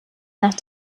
nach